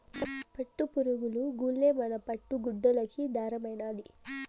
పట్టుపురుగులు గూల్లే మన పట్టు గుడ్డలకి దారమైనాది